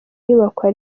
iyubakwa